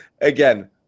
again